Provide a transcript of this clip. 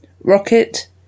Rocket